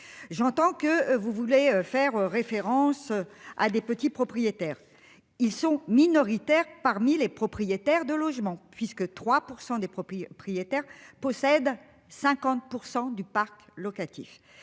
J'entends que vous voulez faire référence à des petits propriétaires ils sont minoritaires parmi les propriétaires de logements, puisque 3% des produits propriétaire possède 50% du parc locatif.